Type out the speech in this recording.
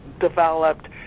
developed